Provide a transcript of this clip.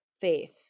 faith